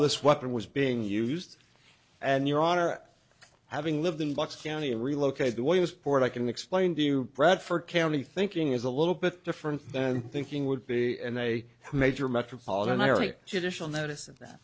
this weapon was being used and your honor having lived in bucks county and relocated the williamsport i can explain to you bradford county thinking is a little bit different than thinking would be and they major metropolitan area